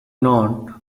known